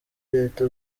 leta